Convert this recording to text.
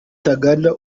ntaganda